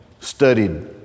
studied